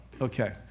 okay